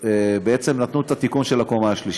בעצם נתנו את התיקון של הקומה השלישית.